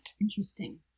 Interesting